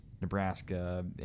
Nebraska